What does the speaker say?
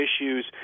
issues